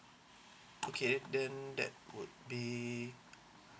okay then that would be